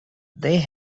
they